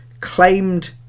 claimed